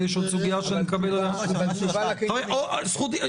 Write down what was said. ויש עוד סוגיה ------ זכות דיבור.